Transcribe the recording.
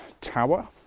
tower